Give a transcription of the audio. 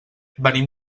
venim